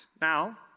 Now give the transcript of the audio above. now